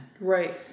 Right